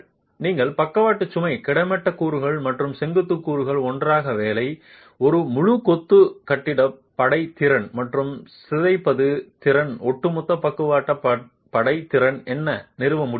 நீங்கள் பக்கவாட்டு சுமை கிடைமட்ட கூறுகள் மற்றும் செங்குத்து கூறுகள் ஒன்றாக வேலை ஒரு முழு கொத்து கட்டிடம் படை திறன் மற்றும் சிதைப்பது திறன் ஒட்டுமொத்த பக்கவாட்டு படை திறன் என்ன நிறுவ முடியும் வேண்டும்